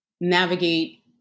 navigate